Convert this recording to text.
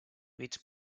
bits